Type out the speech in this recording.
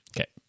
Okay